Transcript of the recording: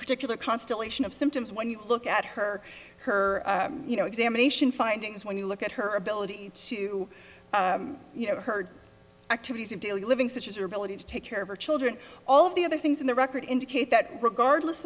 particular constellation of symptoms when you look at her her you know examination findings when you look at her ability to you know her activities of daily living such as your ability to take care of her children all of the other things in the record indicate that regardless